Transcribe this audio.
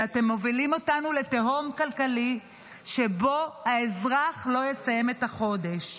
ואתם מובילים אותנו לתהום כלכלית שבה האזרח לא יסיים את החודש.